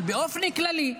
אבל באופן כללי,